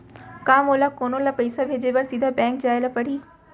का मोला कोनो ल पइसा भेजे बर सीधा बैंक जाय ला परही?